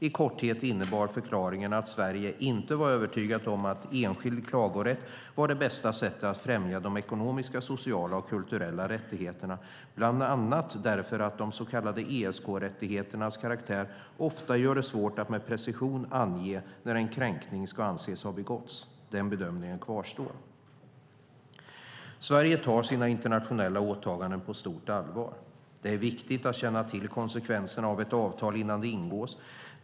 I korthet innebar förklaringen att Sverige inte var övertygat om att enskild klagorätt var det bästa sättet att främja de ekonomiska, sociala och kulturella rättigheterna, bland annat därför att de så kallade ESK-rättigheternas karaktär ofta gör det svårt att med precision ange när en kränkning ska anses ha begåtts. Den bedömningen kvarstår. Sverige tar sina internationella åtaganden på stort allvar. Det är viktigt att känna till konsekvenserna av ett avtal innan det ingås.